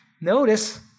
Notice